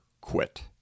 quit